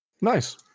nice